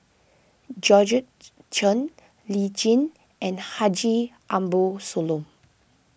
Georgette Chen Lee Tjin and Haji Ambo Sooloh